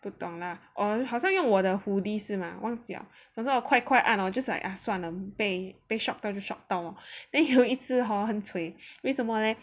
不懂 lah 好像用我的 hoodie 是吗忘记了总之我快快按 just like ah 算了被被 shock 到 then shock 到 then 有一次 hor 很 cui 为什么 leh